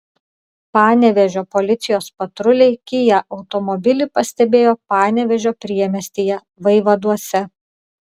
panevėžio policijos patruliai kia automobilį pastebėjo panevėžio priemiestyje vaivaduose